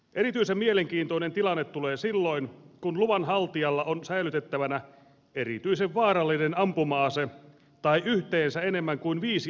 erityisen mielenkiintoinen tilanne tulee silloin kun luvanhaltijalla on säilytettävänä erityisen vaarallinen ampuma ase tai yhteensä enemmän kuin viisi ampuma asetta